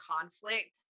conflict